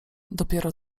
dopiero